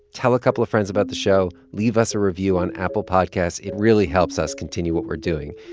tell a couple of friends about the show. leave us a review on apple podcasts. it really helps us continue what we're doing.